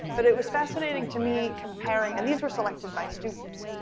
but it was fascinating to me comparing, and these were selected by students,